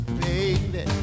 baby